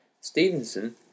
Stevenson